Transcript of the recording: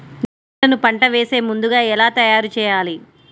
నేలను పంట వేసే ముందుగా ఎలా తయారుచేయాలి?